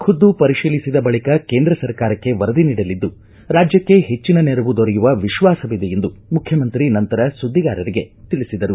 ಖುದ್ದು ಪರಿಶೀಲಿಸಿದ ಬಳಿಕ ಕೇಂದ್ರ ಸರ್ಕಾರಕ್ಕೆ ವರದಿ ನೀಡಲಿದ್ದು ರಾಜ್ಯಕ್ಕೆ ಹೆಚ್ಚಿನ ನೆರವು ದೊರೆಯುವ ವಿಶ್ವಾಸವಿದೆ ಎಂದು ಮುಖ್ಯಮಂತ್ರಿ ನಂತರ ಸುದ್ದಿಗಾರರಿಗೆ ತಿಳಿಸಿದರು